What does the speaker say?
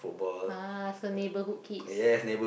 uh so neighbourhood kids